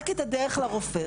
הדרך לרופא,